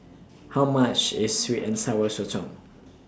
How much IS Sweet and Sour Sotong